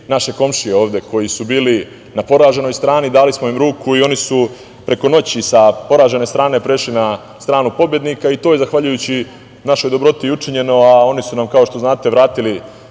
naše komšije ovde koji su bili na poraženoj strani. Dali smo im ruku i oni su preko noći sa poražene strane prešli na stranu pobednika, i to je zahvaljujući našoj dobroti učinjeno, a oni su nam, kao što znate, vratili